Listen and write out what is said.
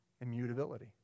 immutability